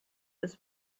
this